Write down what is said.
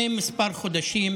מסוים.